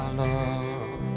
love